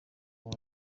waba